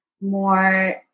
more